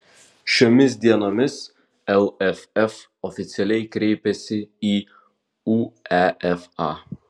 šiomis dienomis lff oficialiai kreipėsi į uefa